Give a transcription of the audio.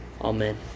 Amen